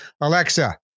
Alexa